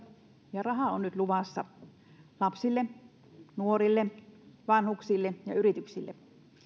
ja rahaa on nyt luvassa lapsille nuorille vanhuksille ja yrityksille